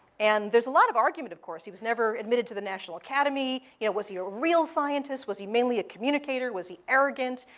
and there's a lot of argument, of course. he was never admitted to the national academy. yeah was he a real scientist? was he mainly a communicator? was he arrogant?